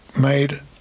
made